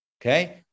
Okay